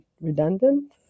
redundant